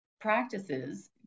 practices